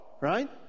Right